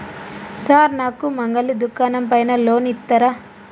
Sir నాకు మంగలి దుకాణం పైన లోన్ ఇత్తరా?